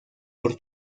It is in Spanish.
por